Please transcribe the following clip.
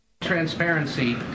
Transparency